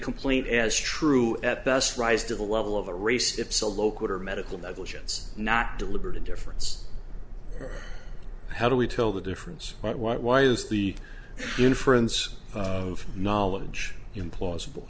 complaint as true at best rise to the level of a race it's a loquitur medical negligence not deliberate indifference how do we tell the difference but why why is the inference of knowledge implausible